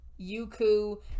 Yuku